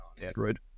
Android